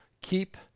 Keep